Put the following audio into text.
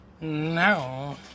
No